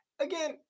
again